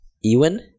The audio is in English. Ewan